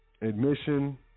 admission